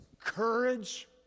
courage